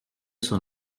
son